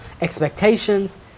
expectations